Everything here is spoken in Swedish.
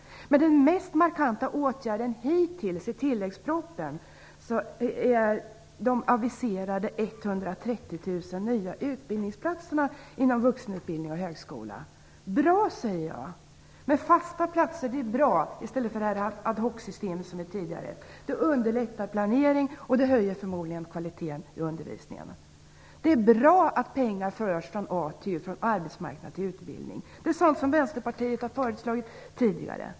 Den mest markanta åtgärden hittills i tilläggspropositionen är de de aviserade 130 000 utbildningsplatserna inom vuxenutbildning och högskola. Det är bra, säger jag, med fasta platser i stället för med det ad hoc-system som vi hittills haft. Det underlättar planeringen, och det höjer förmodligen kvaliteten i undervisningen. Det är bra att pengar förs från arbetsmarknad till utbildning. Det är sådant som Vänsterpartiet har föreslagit tidigare.